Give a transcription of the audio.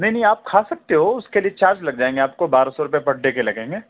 نہیں نہیں آپ کھا سکتے ہو اُس کے لئے چارج لگ جائیں گے آپ کو بارہ سو روپے پر ڈے کے لگیں گے